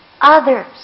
others